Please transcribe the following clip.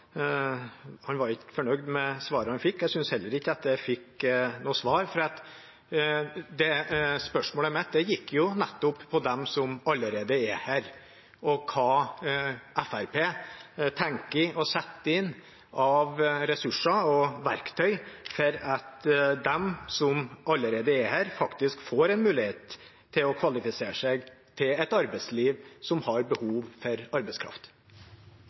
Han var ikke fornøyd med svaret han fikk. Jeg synes heller ikke at jeg fikk noe svar. Spørsmålet mitt gikk nettopp ut på hva Fremskrittspartiet tenker å sette inn av ressurser og verktøy for at de som allerede er her, faktisk får en mulighet til å kvalifisere seg til et arbeidsliv som har behov for arbeidskraft.